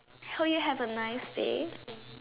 hope you have a nice day